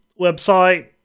website